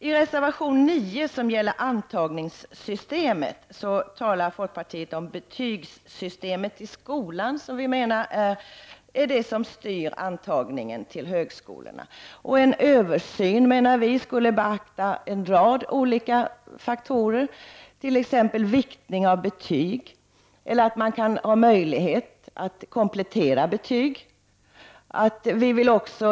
I reservation 9, som gäller antagningssystemet, tar folkpartiet upp betygssystemet i skolan, som vi menar är det som styr antagningen till högskolorna. En översyn skulle kunna beakta en rad faktorer som t.ex. viktningen av betyg eller möjligheter att komplettera betyg.